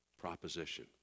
proposition